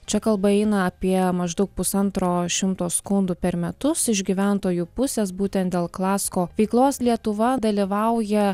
čia kalba eina apie maždaug pusantro šimto skundų per metus iš gyventojų pusės būtent dėl klasko veiklos lietuva dalyvauja